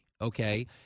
okay